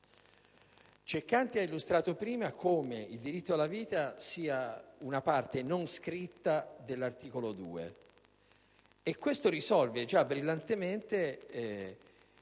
Ceccanti ha illustrato poc'anzi come il diritto alla vita sia una parte non scritta dell'articolo 2 e questo risolve già brillantemente a nostro favore